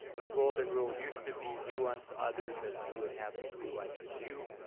the golden rule used to be do unto others as you would have them do unto you.